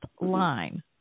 line